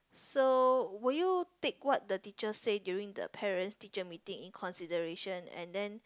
so would you take what the teacher said during the Parents teacher meeting in consideration and then